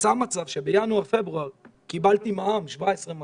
יצא מצב שבינואר-פברואר קיבלתי 17,200